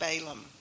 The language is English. Balaam